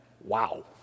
Wow